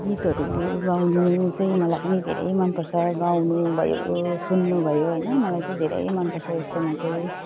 गीतहरू गाउनु चाहिँ मलाई पनि धेरै मन पर्छ गाउनु भयो सुन्नु भयो होइन मलाई धेरै मन पर्छ यस्तोमा चाहिँ